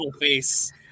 face